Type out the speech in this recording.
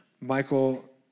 Michael